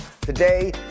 today